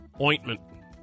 ointment